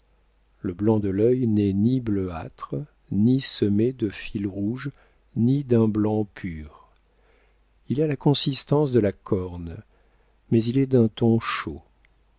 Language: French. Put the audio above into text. le blanc de l'œil n'est ni bleuâtre ni semé de fils rouges ni d'un blanc pur il a la consistance de la corne mais il est d'un ton chaud